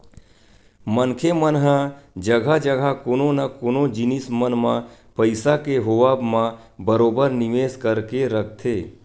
मनखे मन ह जघा जघा कोनो न कोनो जिनिस मन म पइसा के होवब म बरोबर निवेस करके रखथे